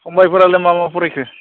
फंबायफोरालाय मा मा फरायखो